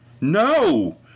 No